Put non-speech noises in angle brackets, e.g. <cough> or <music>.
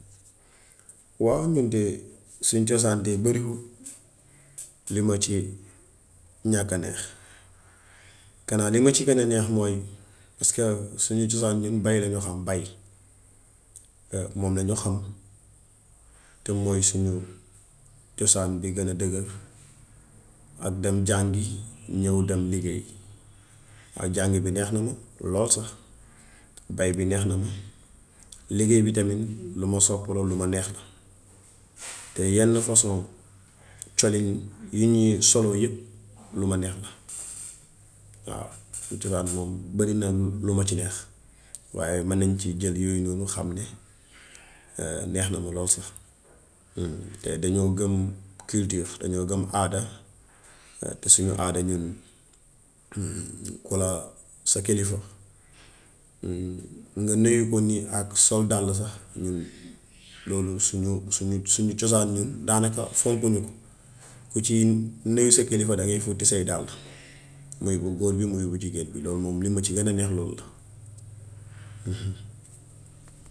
Waaw ñun de suñ cosaan de bëriwut lu ma ci ñàkk a neex. Kaanaa li ma ci gën a neex mooy paska suñ cosaan ñun bay lañ xam, bay <hesitation> moom lañ xam, te mooy suñ cosaan bi gën a dëgër ak dem jàngi ñów dem liggéeyi. Waaw jàngi bi neex na ma lool sax, bay bi neex na ma. Liggéey bi tamit, lu ma sopp la, lu ma neex la. Te yenn façon colin yi ñuy soloo yépp lu ma neex la. <noise> waaw sun cosaan moom <noise> barina lu ma ci neex. Waaye man nañ ci jël yooyu noonu nga xam ne <hesitation> neex na ma lool sax, te dañoo gëm culture, dañoo gëm aada, te ñun suñ aada <hesitation> ku la sa kilifa <hesitation> nga nuyu ko nii ak sol dàll sax ñun loolu suñu suñu suñu cosaan daanaka fonkunu ko. Ku ci nuyu sa kilifadangay futti say dàll; muy bu góor bi, muy bu jigéen bi. Loolu moom li ma ci gën a neex loolu la. <unintelligible>